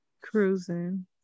cruising